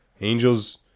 Angels